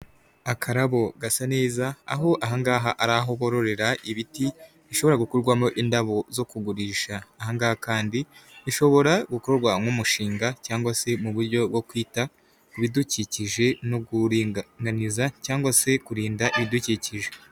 Akarabo gasa neza aho ahangaha ari aho bororera ibiti, bishobora gukurwamo indabo zo kugurisha, ahangaha kandi, bishobora gukorwa nk'umushinga cyangwa se mu buryo bwo kwita, ku bidukikije no kuringaniza cyangwa se kurinda ibidukikije.